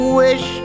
wish